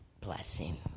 blessing